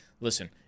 listen